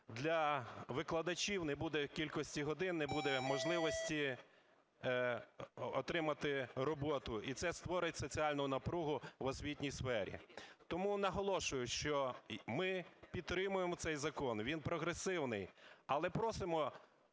для викладачів не буде кількості годин, не буде можливості отримати роботу, і це створить соціальну напругу в освітній сфері. Тому наголошую, що ми підтримуємо цей закон, він прогресивний, але просимо